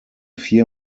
vier